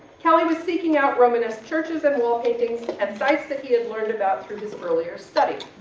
kelly was seeking out romanesque churches and wall paintings at sites that he has learned about through his earlier study.